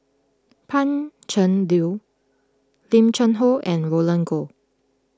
Pan Cheng Lui Lim Cheng Hoe and Roland Goh